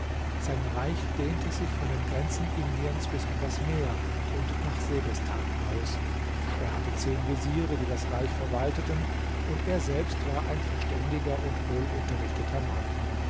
sein reich dehnte sich von den grenzen indiens bis an das meer und nach sebestan aus er hatte zehn veziere die das reich verwalteten und er selbst war ein verständiger und wohlunterrichteter mann